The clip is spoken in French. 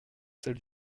celle